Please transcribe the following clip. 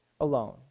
alone